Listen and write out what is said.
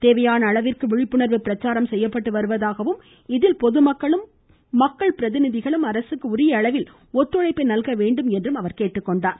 தேவையான அளவிற்கு விழிப்புணர்வு பிரச்சாரம் செய்யப்பட்டு வருவதாகவும் இதில் பொதுமக்களும் மக்கள் பிரதிநிதிகளும் அரசுக்கு உரிய அளவில் ஒத்துழைப்பை நல்க வேண்டும் என்றும் அமைச்சர் கேட்டுக் கொண்டார்